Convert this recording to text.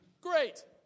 Great